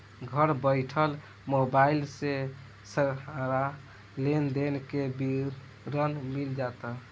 घर बइठल मोबाइल से सारा लेन देन के विवरण मिल जाता